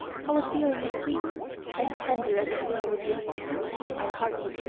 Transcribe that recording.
how a feeling as sweet and tender as a flower blossomed in our hearts?